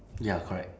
ya correct